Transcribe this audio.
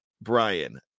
Brian